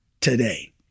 today